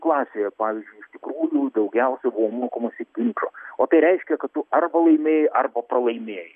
klasėje pavyzdžiui iš tikrųjų daugiausia buvo mokomasi ginčo o tai reiškia kad tu arba laimėjai arba pralaimėjai